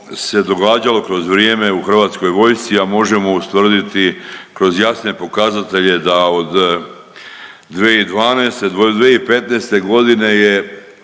se događalo kroz vrijeme u Hrvatskoj vojsci, a možemo ustvrditi kroz jasne pokazatelje da od 2012. do 2015. g. je